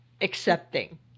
accepting